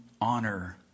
honor